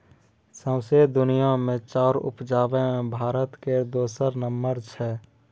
सौंसे दुनिया मे चाउर उपजाबे मे भारत केर दोसर नम्बर छै